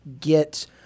get